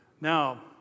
Now